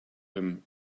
him